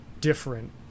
different